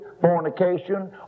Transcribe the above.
fornication